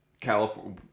California